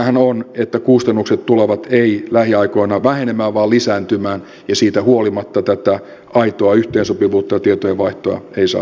riskinähän on että kustannukset tulevat lähiaikoina ei vähenemään vaan lisääntymään ja siitä huolimatta tätä aitoa yhteensopivuutta ja tietojenvaihtoa ei saada aikaan